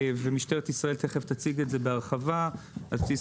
משטרת ישראל תכף תציג את זה בהרחבה על בסיס